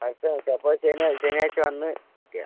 അടുത്താഴ്ച്ച അപ്പം ശനി ശനിയാഴ്ച്ച വന്ന് സെറ്റ് ചെയ്യാം